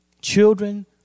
children